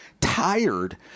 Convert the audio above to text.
tired